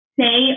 say